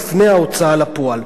בפני ההוצאה לפועל.